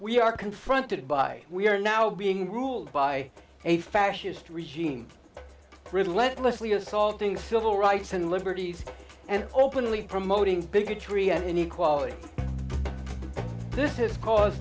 we are confronted by we are now being ruled by a fascist regime relentlessly assaulting civil rights and liberties and openly promoting bigotry and any quality this has caused